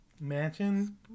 mansion